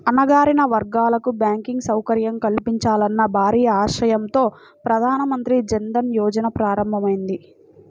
అణగారిన వర్గాలకు బ్యాంకింగ్ సౌకర్యం కల్పించాలన్న భారీ ఆశయంతో ప్రధాన మంత్రి జన్ ధన్ యోజన ప్రారంభమైంది